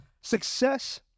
Success